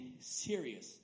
serious